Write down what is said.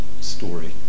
story